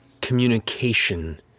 communication